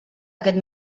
aquest